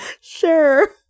Sure